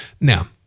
Now